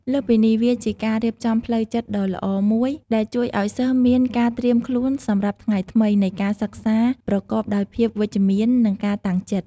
លើសពីនេះ វាជាការរៀបចំផ្លូវចិត្តដ៏ល្អមួយដែលជួយឱ្យសិស្សមាន ការត្រៀមខ្លួនសម្រាប់ថ្ងៃថ្មី នៃការសិក្សាប្រកបដោយភាពវិជ្ជមាន និងការតាំងចិត្ត។